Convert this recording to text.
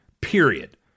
period